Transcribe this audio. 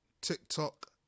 tiktok